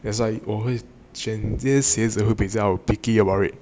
that's why 我会选这些鞋子会比较 picky about it